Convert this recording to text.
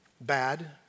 bad